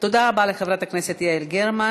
תודה רבה לחברת הכנסת יעל גרמן.